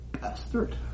bastard